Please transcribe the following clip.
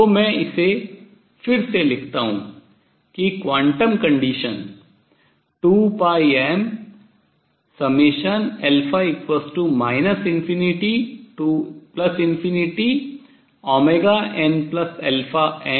तो मैं इसे फिर से लिखता हूँ कि quantum condition क्वांटम प्रतिबन्ध 2πm ∞nn